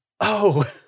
Oh-